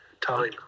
time